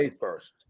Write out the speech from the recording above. first